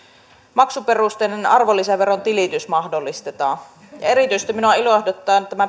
maksuperusteinen arvonlisäveron tilitys mahdollistetaan erityisesti minua ilahduttaa